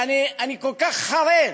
אני כל כך חרד,